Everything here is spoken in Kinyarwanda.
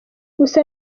gusa